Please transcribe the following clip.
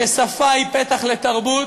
ששפה היא פתח לתרבות.